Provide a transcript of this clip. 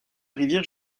rivière